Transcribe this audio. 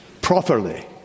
properly